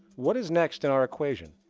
what is next in our equation?